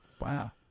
Wow